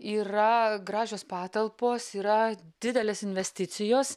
yra gražios patalpos yra didelės investicijos